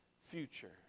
future